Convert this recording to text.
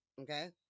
Okay